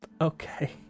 Okay